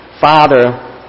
Father